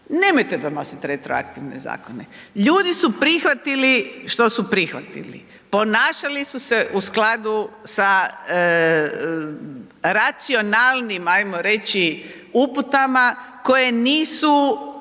Nemojte donositi retroaktivne zakone. Ljudi su prihvatili što su prihvatili, ponašali su se u skladu sa racionalnim ajmo reći uputama koje nisu